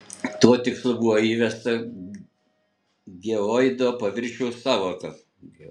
tuo tikslu buvo įvesta geoido paviršiaus sąvoka